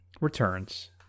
Returns